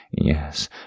Yes